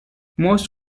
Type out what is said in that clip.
most